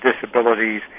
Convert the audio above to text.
disabilities